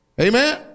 Amen